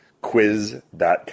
quiz.com